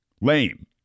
Lame